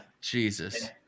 Jesus